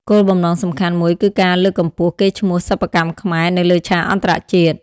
គោលបំណងសំខាន់មួយគឺការលើកកម្ពស់ កេរ្តិ៍ឈ្មោះ សិប្បកម្មខ្មែរនៅលើឆាកអន្តរជាតិ។